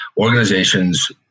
organizations